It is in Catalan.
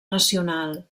nacional